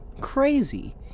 crazy